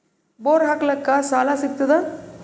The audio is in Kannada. ಬೋರ್ ಹಾಕಲಿಕ್ಕ ಸಾಲ ಸಿಗತದ?